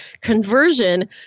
conversion